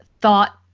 thought